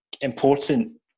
important